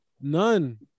None